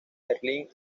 berlín